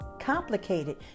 complicated